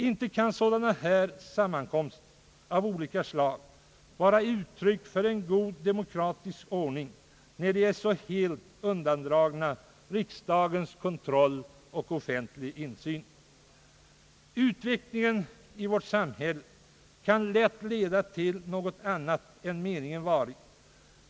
Inte kan sådana här sammankomster av olika slag vara uttryck för en god demokratisk ordning när de är så helt undandragna riksdagens kontroll och offentlig insyn. Utvecklingen i vårt samhälle kan lätt leda till något annat än meningen varit.